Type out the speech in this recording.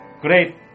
great